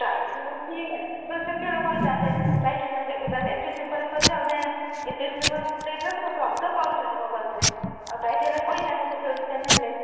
tight ହେଉଛି ସେତିକିବେଳେ କହିଥାନ୍ତେ ଟାଇଟ୍ ହେଉଛି ଆଣି ଦେଖାଇଥାନ୍ତେ ଏତେଦିନ ପରେ କହିଲେ ସବୁ ତ କରୁଛନ୍ତି ମୋ ପାଖରେ ଆଉ ଟାଇଟ୍ ହେଲା କହିଥାନ୍ତେ ସେତେବେଳେ ଯେତେବେଳେ ନେଲେ